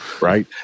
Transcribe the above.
right